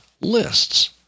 lists